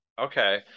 Okay